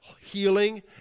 healing